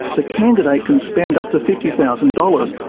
the candidate can spend up to fifty thousand dollars,